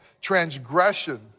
transgression